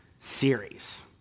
series